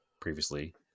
previously